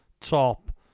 top